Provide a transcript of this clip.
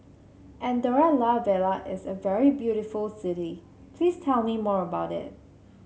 Andorra La Vella is a very beautiful city please tell me more about it